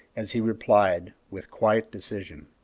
as he replied, with quiet decision,